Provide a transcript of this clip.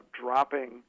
dropping